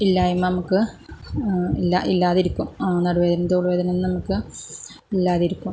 ഇല്ലായ്മ് നമുക്ക് ഇല്ലാതിരിക്കും നടുവേദനയും തോള് വേദനയും നമുക്ക് ഇല്ലാതിരിക്കും